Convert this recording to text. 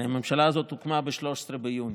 הרי הממשלה הזאת הוקמה ב-13 ביוני,